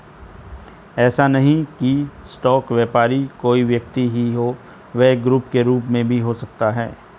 ऐसा नहीं है की स्टॉक व्यापारी कोई व्यक्ति ही हो वह एक ग्रुप के रूप में भी हो सकता है